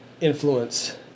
influence